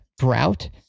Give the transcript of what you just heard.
drought